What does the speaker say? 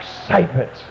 excitement